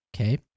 okay